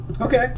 Okay